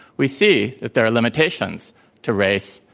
we see that there are limitations to race,